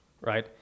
right